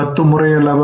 பத்துமுறை அல்லவா